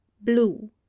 blue